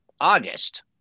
August